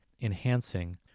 enhancing